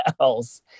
else